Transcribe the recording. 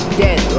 dead